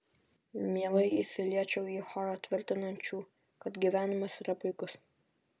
mielai įsiliečiau į chorą tvirtinančių kad gyvenimas yra puikus